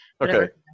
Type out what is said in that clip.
Okay